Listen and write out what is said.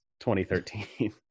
2013